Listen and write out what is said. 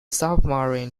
submarine